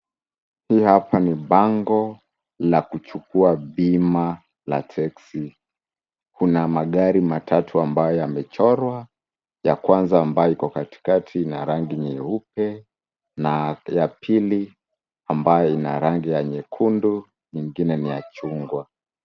Hii hapa ni bango la kuchukua bima la teksi, kuna magari matatu ambayo yamechorwa, ya kwanza ambayo iko katikati ni rangi nyeupe, na pili ambayo ina rangi ya nyekundu na ingine ni ya chungwa.